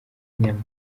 inyama